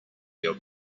your